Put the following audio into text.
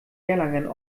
erlangen